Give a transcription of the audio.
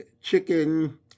chicken